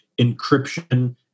encryption